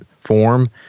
form